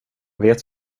vet